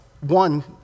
one